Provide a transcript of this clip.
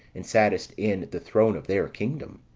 and sattest in the throne of their kingdom.